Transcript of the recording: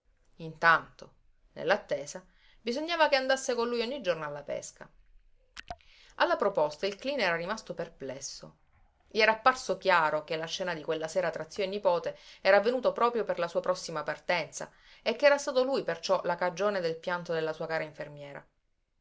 intanto nell'attesa bisognava che andasse con lui ogni giorno alla pesca alla proposta il cleen era rimasto perplesso gli era apparso chiaro che la scena di quella sera tra zio e nipote era avvenuta proprio per la sua prossima partenza e che era stato lui perciò la cagione del pianto della sua cara infermiera